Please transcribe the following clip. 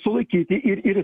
sulaikyti ir ir